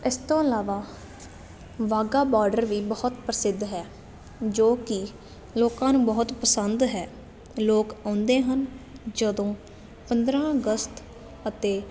ਇਸ ਤੋਂ ਇਲਾਵਾ ਵਾਹਗਾ ਬਾਰਡਰ ਵੀ ਬਹੁਤ ਪ੍ਰਸਿੱਧ ਹੈ ਜੋ ਕਿ ਲੋਕਾਂ ਨੂੰ ਬਹੁਤ ਪਸੰਦ ਹੈ ਲੋਕ ਆਉਂਦੇ ਹਨ ਜਦੋਂ ਪੰਦਰ੍ਹਾਂ ਅਗਸਤ ਅਤੇ